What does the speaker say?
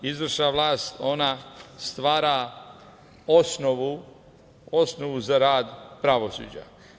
Izvršna vlast stvara osnovu za rad pravosuđa.